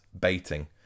baiting